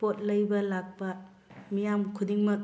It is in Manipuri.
ꯄꯣꯠ ꯂꯩꯕ ꯂꯥꯛꯄ ꯃꯤꯌꯥꯝ ꯈꯨꯗꯤꯡꯃꯛ